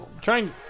Trying